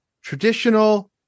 traditional